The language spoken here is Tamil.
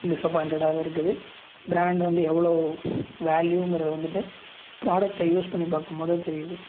டிஸ்அப்பாயிண்ட்டடாக தான் இருக்குது பிராண்டு வந்து எவ்வளோ வேல்யூங்கிறதை வந்துவிட்டு ப்ரோடக்ட்டை யூஸ் பண்ணி பார்க்கும்போதான் தெரியுது